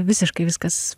visiškai viskas